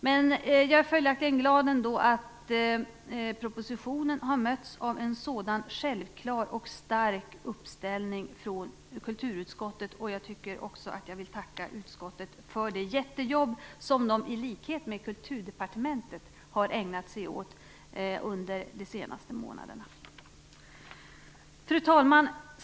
Men jag är följaktligen glad över att propositionen har mötts av en sådan självklar och stark uppställning från kulturutskottet. Jag vill också tacka utskottet för det jättejobb som det i likhet med Kulturdepartementet har ägnat sig åt under de senaste månaderna. Herr talman!